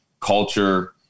culture